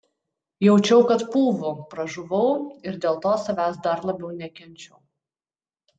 jaučiau kad pūvu pražuvau ir dėl to savęs dar labiau nekenčiau